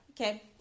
Okay